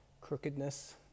crookedness